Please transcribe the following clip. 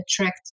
attract